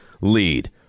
lead